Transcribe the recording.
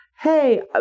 hey